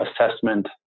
assessment